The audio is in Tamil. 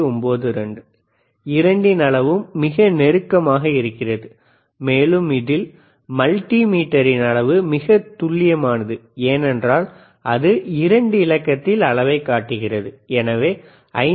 92 இரண்டின் அளவும் மிக நெருக்கமாக இருக்கிறது மேலும் இதில் மைட்டி மீட்டரின் அளவு மிக துல்லியமானது ஏனென்றால் இது 2 இலக்கத்தில் அளவைக் காட்டுகிறது எனவே 5